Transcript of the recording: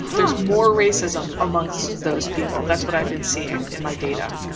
there's more racism amongst those people. that's what i've been seeing in my data.